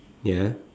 ya